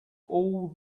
all